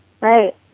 Right